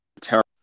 terrible